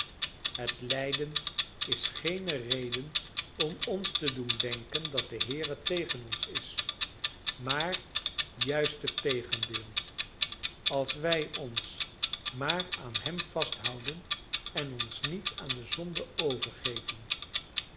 het lijden is geene reden om ons te doen denken dat de heere tegen ons is maar juist het tegendeel als wij ons maar aan hem vasthouden en ons niet aan de zonde overgeven